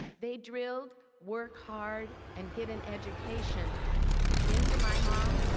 they drilled work hard and get an education into my mom,